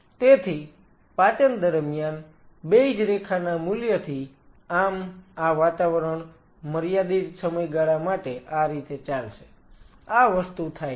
તેથી પાચન દરમિયાન બેઈઝ રેખાના મૂલ્યથી આમ આ વાતાવરણ મર્યાદિત સમયગાળા માટે આ રીતે ચાલશે આ વસ્તુ થાય છે